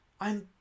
I'm